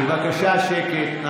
בבקשה שקט.